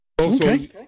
Okay